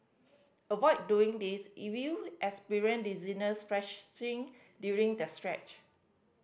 avoid doing this if you experience dizziness fresh thing during the stretch